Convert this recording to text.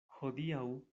hodiaŭ